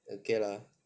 okay lah